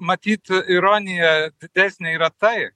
matyt ironija didesnė yra tai